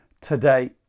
today